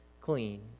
clean